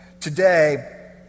today